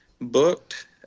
booked